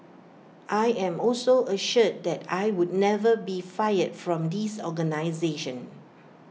I am also assured that I would never be fired from this organisation